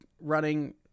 running